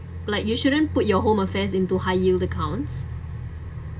like you shouldn't put your home affairs into high yield accounts